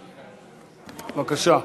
בבקשה.